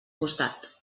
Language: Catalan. costat